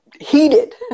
heated